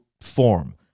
form